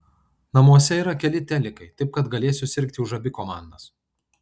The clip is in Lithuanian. namuose yra keli telikai taip kad galėsiu sirgti už abi komandas